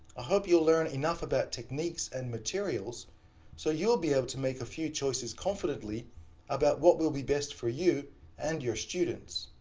hope you'll learn enough about techniques and materials so you'll be able to make a few choices confidently about what will be best for you and your students.